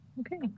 Okay